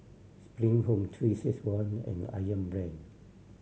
Spring Home Three Six One and Ayam Brand